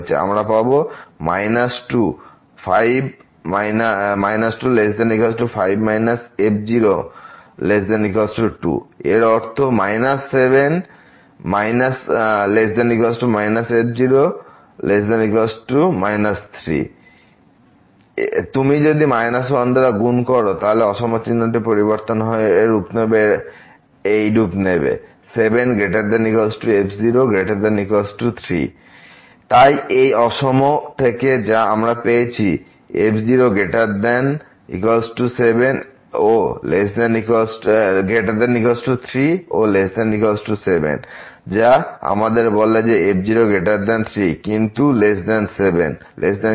আমরা পাব 2≤5 f0≤2 এর অর্থ 7≤ f0≤ 3 তুমি যদি 1 দাঁড়া গুণ করো তাহলে অসম চিহ্নটি পরিবর্তিত হবে এইরূপে 7≥f0≥3 তাই এই অসম থেকে যা আমরা পেয়েছি f0≥3 ও ≤7 যা আমাদের বলে যে f0 3 কিন্তু ≤7